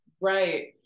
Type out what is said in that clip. right